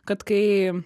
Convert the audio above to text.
kad kai